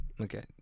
okay